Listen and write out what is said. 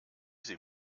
sie